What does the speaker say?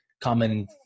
common